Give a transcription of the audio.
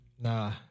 Nah